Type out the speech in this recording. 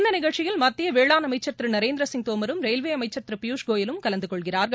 இந்த நிகழ்ச்சியில் மத்திய வேளாண் அமைச்சள் திரு நரேந்திரசிங் தோமரும் ரயில்வே அமைச்சள் திரு பியூஷ் கோயலும் கலந்து கொள்கிறார்கள்